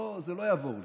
לא, זה לא יעבור לי,